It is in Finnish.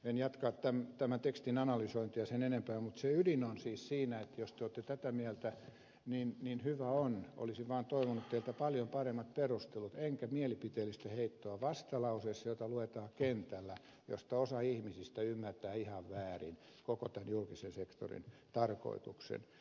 en jatka tämän tekstin analysointia sen enempää mutta se ydin on siis siinä että jos te olette tätä mieltä niin hyvä on mutta olisin vaan toivonut teiltä paljon paremmat perustelut enkä mielipiteellistä heittoa vastalauseessa jota luetaan kentällä josta osa ihmisistä ymmärtää ihan väärin koko tämän julkisen sektorin tarkoituksen